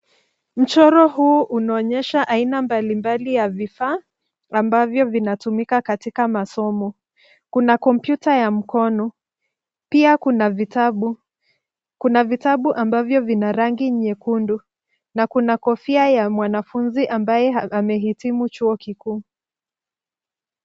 Mchoro huu unaonyesha aina mbalimbali ya vifaa ambavyo vinatumika katika masomo. Kuna kompyuta ya mkono, pia kuna vitabu. Kuna vitabu ambavyo vina rangi nyekundu na kuna kofia ya mwanafunzi ambaye amehitimu chuo kikuu.